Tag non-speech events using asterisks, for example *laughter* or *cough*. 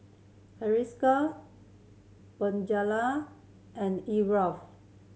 Hiruscar Bonjela and *unintelligible*